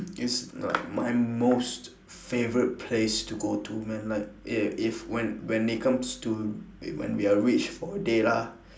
is like my most favorite place to go to man like if if when when it comes to when we are rich for a day lah